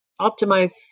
optimize